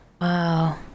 Wow